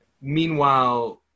Meanwhile